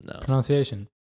pronunciation